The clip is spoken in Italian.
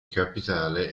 capitale